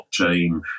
blockchain